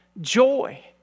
joy